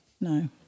No